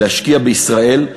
להשקיע בישראל,